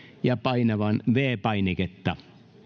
ja painamaan viides painiketta